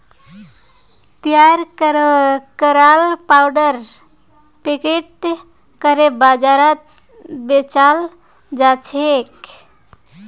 तैयार कराल पाउडर पैकेटत करे बाजारत बेचाल जाछेक